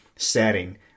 setting